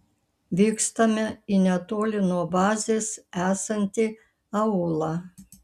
vykstame į netoli nuo bazės esantį aūlą